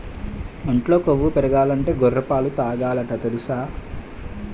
ఒంట్లో కొవ్వు పెరగాలంటే గొర్రె పాలే తాగాలట తెలుసా?